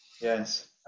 Yes